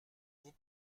vous